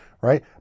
right